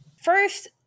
First